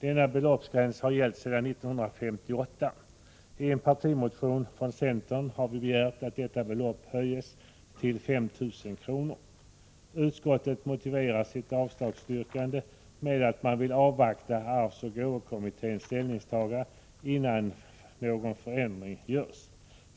Denna beloppsgräns har gällt sedan 1958. I en partimotion från centern har vi begärt att detta belopp höjs till 5 000 kr. Utskottet motiverar sitt avslagsyrkande med att man vill avvakta arvsoch gåvoskattekommitténs ställningstagande innan någon förändring görs.